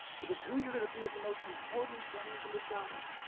because who you're gonna be is the most important thing you can decide.